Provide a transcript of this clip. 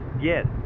yes